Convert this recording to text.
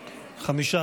נתקבלה.